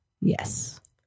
yes